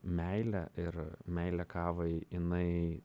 meilė ir meilė kavai jinai